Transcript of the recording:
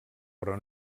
però